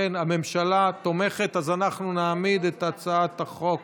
הממשלה תומכת, אז אנחנו נעמיד את הצעת החוק